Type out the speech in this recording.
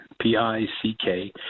P-I-C-K